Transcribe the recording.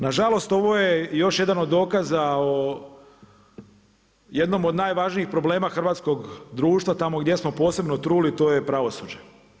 Na žalost ovo je još jedan od dokaza o jednom od najvažnijih problema hrvatskog društva tamo gdje smo posebno truli to je pravosuđe.